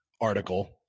article